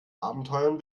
abenteuern